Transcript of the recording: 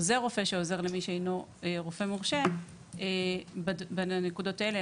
עוזר רופא שעוזר למי שאינו רופא מורשה בנקודות האלה,